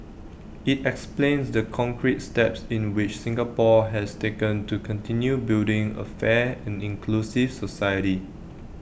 IT explains the concrete steps in which Singapore has taken to continue building A fair and inclusive society